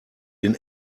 den